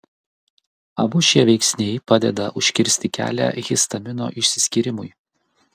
abu šie veiksniai padeda užkirsti kelią histamino išsiskyrimui